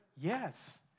Yes